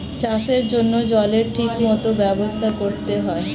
চাষের জন্য জলের ঠিক মত ব্যবস্থা করতে হয়